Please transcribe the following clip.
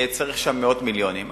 צריך שם מאות מיליונים.